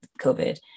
COVID